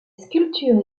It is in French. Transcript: sculpture